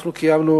אנחנו קיימנו,